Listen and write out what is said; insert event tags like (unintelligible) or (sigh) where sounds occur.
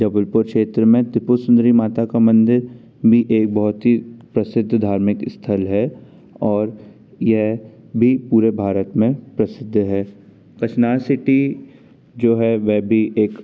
जबलपुर क्षेत्र में त्रिपुर सुंदरी माता का मंदिर भी एक बहुत ही प्रसिद्ध धार्मिक स्थल है और यह भी पूरे भारत में प्रसिद्ध है (unintelligible) सिटी जो है वह भी एक